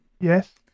Yes